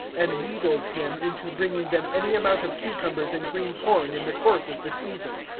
and wheedled him into bringing them any amount of cucumbers and green corn in the course of the season.